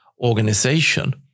organization